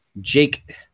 Jake